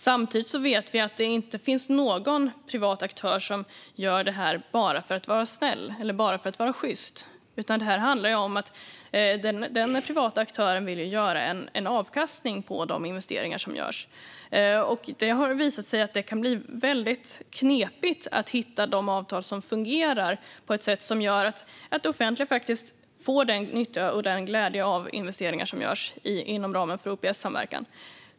Samtidigt vet vi att det inte finns någon privat aktör som gör detta bara för att vara snäll eller sjyst, utan det handlar om att den privata aktören vill få avkastning på de investeringar som görs. Det har visat sig att det kan bli väldigt knepigt att hitta avtal som fungerar på ett sätt som gör att det offentliga faktiskt får nytta och glädje av de investeringar som görs inom ramen för OPS-samverkan.